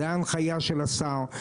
זו ההנחיה של השר,